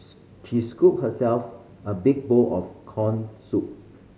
she scooped herself a big bowl of corn soup